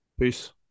Peace